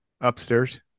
Upstairs